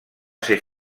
ser